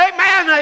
Amen